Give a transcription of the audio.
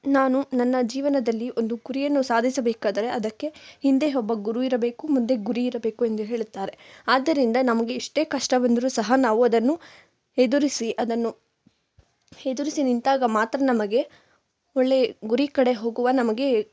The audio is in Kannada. ನಾನು ನನ್ನ ಜೀವನದಲ್ಲಿ ಒಂದು ಗುರಿಯನ್ನು ಸಾಧಿಸಬೇಕಾದರೆ ಅದಕ್ಕೆ ಹಿಂದೆ ಒಬ್ಬ ಗುರು ಇರಬೇಕು ಮುಂದೆ ಗುರಿ ಇರಬೇಕು ಎಂದು ಹೇಳುತ್ತಾರೆ ಆದ್ದರಿಂದ ನಮಗೆ ಎಷ್ಟೇ ಕಷ್ಟ ಬಂದರೂ ಸಹ ನಾವು ಅದನ್ನು ಎದುರಿಸಿ ಅದನ್ನು ಎದುರಿಸಿ ನಿಂತಾಗ ಮಾತ್ರ ನಮಗೆ ಒಳ್ಳೆಯ ಗುರಿ ಕಡೆ ಹೋಗುವ ನಮಗೆ